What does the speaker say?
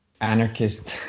anarchist